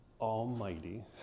almighty